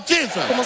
Jesus